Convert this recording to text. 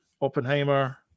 Oppenheimer